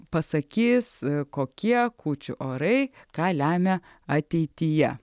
pasakys kokie kūčių orai ką lemia ateityje